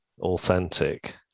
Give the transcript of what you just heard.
authentic